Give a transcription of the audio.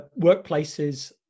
workplaces